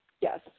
Yes